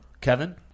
Kevin